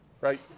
Right